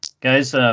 guys